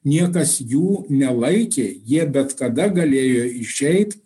niekas jų nelaikė jie bet kada galėjo išeit